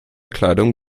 kleidung